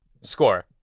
SCORE